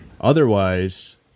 otherwise